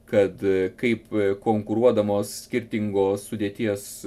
kad kaip konkuruodamos skirtingos sudėties